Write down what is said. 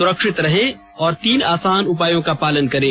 सुरक्षित रहें और तीन आसान उपायों का पालन करें